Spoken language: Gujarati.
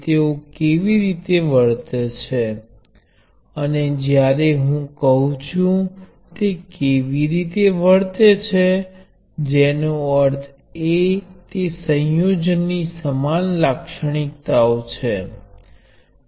તેથી હવે આગળ નું મૂળ તત્વ પ્રવાહ સ્ત્રોત છે